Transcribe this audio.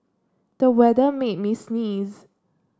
the weather made me sneeze